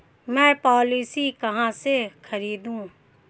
मैं पॉलिसी कहाँ से खरीदूं?